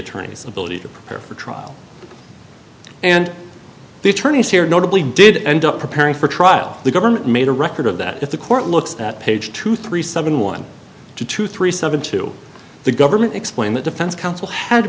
attorney's ability to prepare for trial and the attorneys here notably did end up preparing for trial the government made a record of that if the court looks at page two three seven one two two three seven to the government explain that defense counsel had to